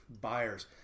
buyers